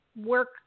work